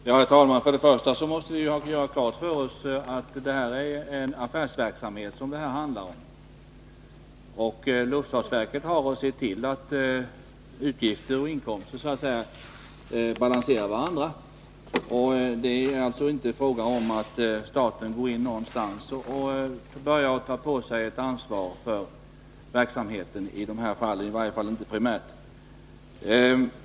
Herr talman! Vi måste göra klart för oss att det handlar om en affärsverksamhet. Luftfartsverket har att se till att utgifter och inkomster balanserar varandra. Det är alltså inte fråga om att staten går in och tar på sig ansvaret för verksamheten, i varje fall inte primärt.